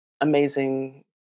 amazing